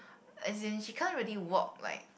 as in she can't really walk like